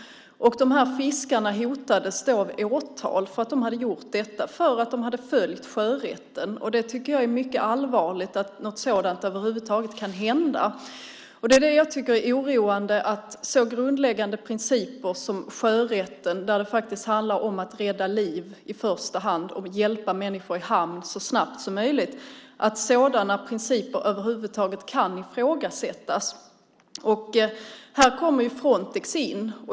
De här fiskarna hotades av åtal för detta, alltså därför att de hade följt sjörätten. Jag tycker att det är mycket allvarligt att något sådant över huvud taget kan hända. Det är oroande att en så grundläggande princip som den om sjörätten - det handlar ju i första hand om att rädda liv och om att hjälpa människor i hamn så snabbt som möjligt - över huvud taget kan ifrågasättas. Här kommer Frontex in.